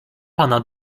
pana